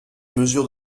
mesures